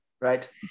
right